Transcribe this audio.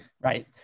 Right